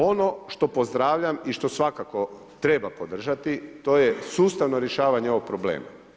Ono što pozdravljam i što svakako treba podržati to je sustavno rješavanje ovog problema.